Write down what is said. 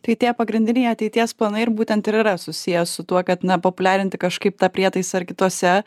tai tie pagrindiniai ateities planai ir būtent ir yra susiję su tuo kad na populiarinti kažkaip tą prietaisą ir kitose